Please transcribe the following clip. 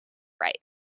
right